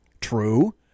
True